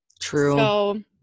True